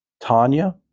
Tanya